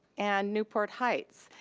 and newport heights.